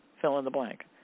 fill-in-the-blank